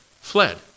fled